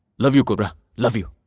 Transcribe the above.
love you cobra! love you.